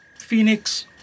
Phoenix